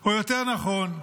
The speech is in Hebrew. או יותר נכון,